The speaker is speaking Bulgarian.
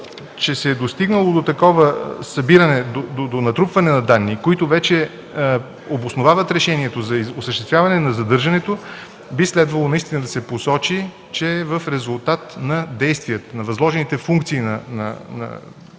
че се е достигнало до такова събиране, натрупване на данни, които вече обосновават решението за осъществяване на задържането, би следвало наистина да се посочи, че е в резултат на действията, на възложените функции по закон